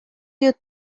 you